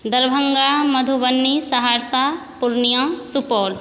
Darbhanga Madhubani Saharsa Purnia Supaul